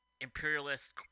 imperialist